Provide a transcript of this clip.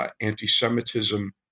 anti-Semitism